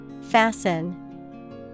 Fasten